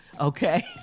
Okay